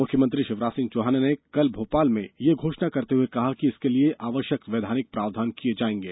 मुख्यमंत्री शिवराज सिंह चौहान ने कल भोपाल में ये घोषणा करते हुए कहा कि इसके लिए आवश्यक वैधानिक प्रावधान किये जायेंगे